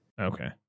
Okay